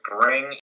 bring